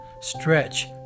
stretch